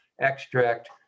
extract